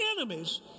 enemies